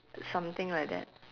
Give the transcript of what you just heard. something like that